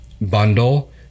bundle